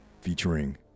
featuring